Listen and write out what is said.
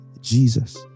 Jesus